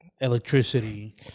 electricity